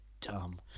dumb